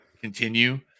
continue